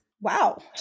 Wow